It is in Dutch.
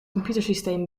computersysteem